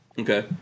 Okay